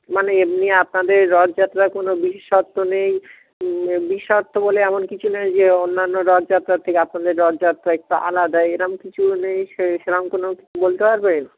মানে এমনি আপনাদের রথযাত্রা কোনো বিশেষত্ব নেই বিশেষত্ব বলে এমন কিছু নে যে অন্যান্য রথযাত্রার থেকে আপনাদের রথযাত্রা একটু আলাদা এরম কিছু নেই সে সেরম কোনো বলতে পারবেন